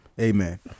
Amen